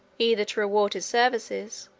either to reward his services,